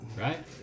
Right